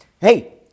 Hey